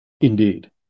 Indeed